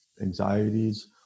anxieties